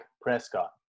Prescott